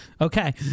Okay